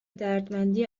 دردمندی